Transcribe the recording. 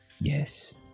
Yes